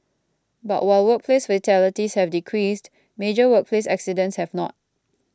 but while workplace fatalities have decreased major workplace accidents have not